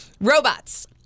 Robots